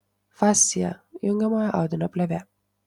fascija jungiamojo audinio plėvė